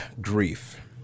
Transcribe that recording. grief